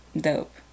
dope